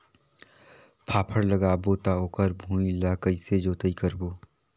फाफण लगाबो ता ओकर भुईं ला कइसे जोताई करबो?